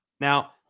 Now